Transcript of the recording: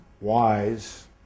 wise